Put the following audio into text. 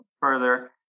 further